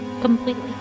completely